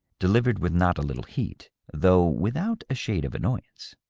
delivered with not a little heat, though without a shade of annoyance.